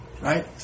right